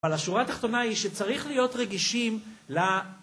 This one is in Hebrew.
אבל השורה התחתונה היא שצריך להיות רגישים ל...